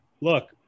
look